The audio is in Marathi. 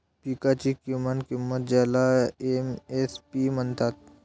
पिकांची किमान किंमत ज्याला एम.एस.पी म्हणतात